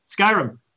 Skyrim